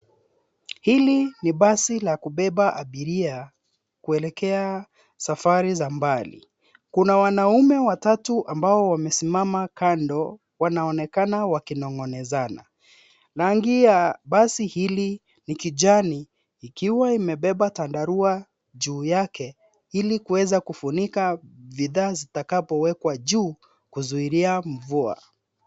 Hili ni basi la kubeba abiria kuelekea safari za mbali. Kuna wanaume watatu ambao wamesimama kando wanaonekana wakinong'ezana. Rangi ya basi hili ni kijani ikiwa imebeba chandarua juu yake ili kuweza kufunika bidhaa zitakazowekwa juu kuzuilia mvua.